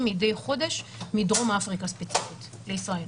מדי חודש מדרום אפריקה ספציפית לישראל.